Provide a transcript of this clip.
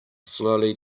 slowly